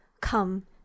Come